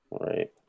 right